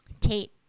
Kate